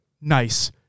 Nice